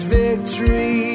victory